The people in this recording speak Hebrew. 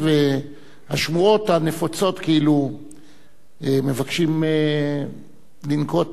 והשמועות הנפוצות כאילו מבקשים לנקוט